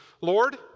Lord